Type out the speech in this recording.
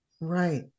Right